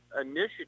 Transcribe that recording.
initiative